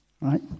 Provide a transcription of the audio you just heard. Right